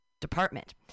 Department